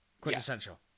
Quintessential